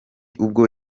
ubwo